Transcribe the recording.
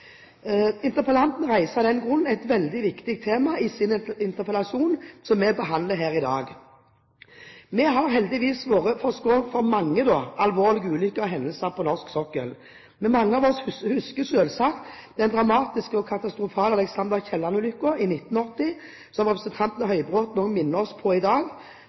Interpellanten reiser av den grunn et veldig viktig tema i sin interpellasjon som vi behandler her i dag. Vi har heldigvis vært forskånet for mange alvorlige ulykker og hendelser på norsk sokkel, men mange av oss husker selvsagt den dramatiske og katastrofale «Alexander Kielland»-ulykken i 1980, som representanten Høybråten også minner oss om i dag.